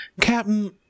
Captain